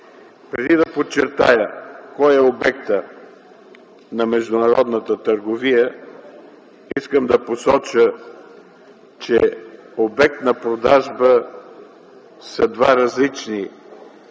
Преди да подчертая кой е обектът на международната търговия, искам да посоча, че обект на продажба са два различни